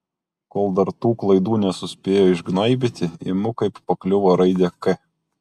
kol dar tų klaidų nesuspėjo išgnaibyti imu kaip pakliuvo raidę k